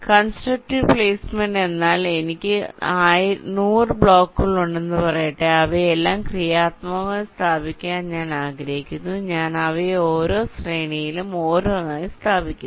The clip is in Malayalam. കൺസ്ട്രക്റ്റീവ് പ്ലേസ്മെന്റ് എന്നാൽ എനിക്ക് 100 ബ്ലോക്കുകൾ ഉണ്ടെന്ന് പറയട്ടെ അവയെല്ലാം ക്രിയാത്മകമായി സ്ഥാപിക്കാൻ ഞാൻ ആഗ്രഹിക്കുന്നു ഞാൻ അവയെ ഓരോ ശ്രേണിയിലും ഓരോന്നായി സ്ഥാപിക്കുന്നു